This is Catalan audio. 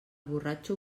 borratxo